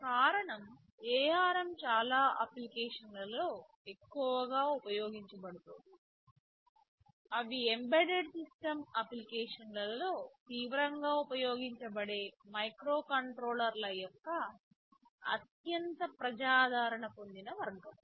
కారణం ARM చాలా అప్లికేషన్లలో ఎక్కువగా ఉపయోగించబడుతోంది అవి ఎంబెడెడ్ సిస్టమ్ అప్లికేషన్లలో తీవ్రంగా ఉపయోగించబడే మైక్రోకంట్రోలర్ల యొక్క అత్యంత ప్రజాదరణ పొందిన వర్గం